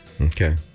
Okay